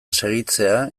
segitzea